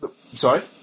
Sorry